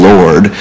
Lord